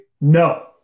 No